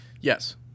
Yes